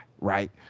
right